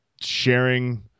sharing